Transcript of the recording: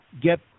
get